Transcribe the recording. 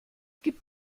gibt